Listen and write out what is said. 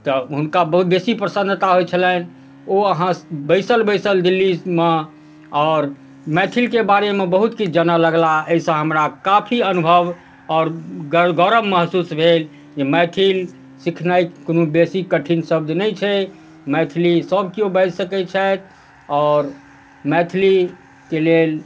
तऽ हुनका बहुत बेसी प्रसन्नता होइ छलनि ओ अहाँ बैसल बैसल दिल्लीमे आओर मैथिलीके बारेमे बहुत किछु जानऽ लगलाह एहिसँ हमरा काफी अनुभव आओर गर्व गौरव महसूस भेल मैथिली सिखनाइ कोनो बेसी कठिन शब्द नहि छै मैथिली सभकेओ बाजि सकै छथि आओर मैथिलीके लेल